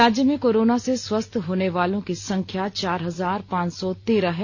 राज्य में कोरोना से स्वस्थ होने वालों की संख्या चार हजार पांच सौ तेरह है